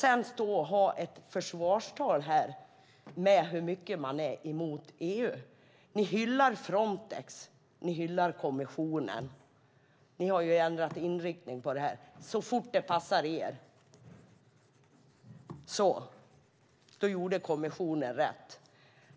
Sedan står han här och håller ett försvarstal om hur mycket man är emot EU. Ni hyllar Frontex. Ni hyllar kommissionen. Ni har ju ändrat inriktning. Så fort det passar er har kommissionen gjort rätt.